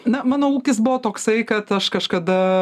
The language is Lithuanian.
na mano ūkis buvo toksai kad aš kažkada